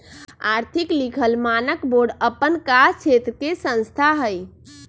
आर्थिक लिखल मानक बोर्ड अप्पन कास क्षेत्र के संस्था हइ